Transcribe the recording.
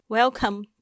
Welcome